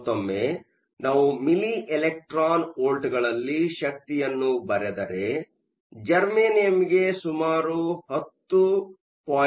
ಮತ್ತೊಮ್ಮೆ ನಾವು milli electron ವೋಲ್ಟ್ಗಳಲ್ಲಿ ಶಕ್ತಿಯನ್ನು ಬರೆದರೆ ಜರ್ಮೇನಿಯಂ ಗೆ ಸುಮಾರು 10